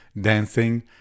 dancing